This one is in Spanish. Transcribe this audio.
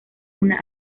una